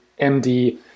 MD